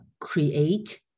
create